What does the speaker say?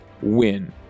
win